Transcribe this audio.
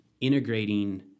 integrating